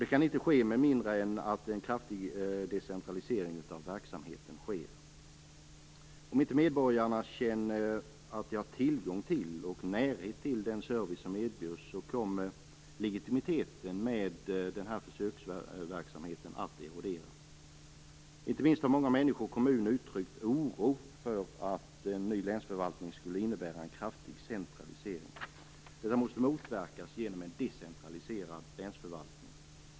Det kan inte ske med mindre än att en kraftig decentralisering av verksamheten sker. Om inte medborgarna känner att de har tillgång och närhet till den service som erbjuds kommer legitimiteten med den här försöksverksamheten att erodera. Inte minst har många människor och kommuner uttryckt oro för att en ny länsförvaltning skulle innebära en kraftig centralisering. Detta måste motverkas genom en decentraliserad länsförvaltning.